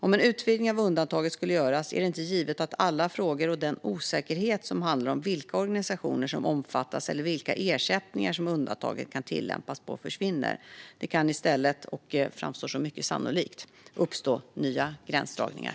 Om en utvidgning av undantaget skulle göras är det inte givet att alla frågor och den osäkerhet som handlar om vilka organisationer som omfattas eller vilka ersättningar som undantaget kan tillämpas på försvinner. Det kan i stället, vilket framstår som mycket sannolikt, uppstå nya gränsdragningar.